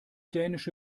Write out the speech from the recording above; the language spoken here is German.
dänische